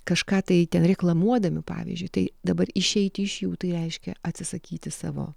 kažką tai ten reklamuodami pavyzdžiui tai dabar išeiti iš jų tai reiškia atsisakyti savo